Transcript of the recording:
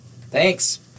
Thanks